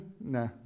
nah